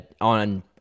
on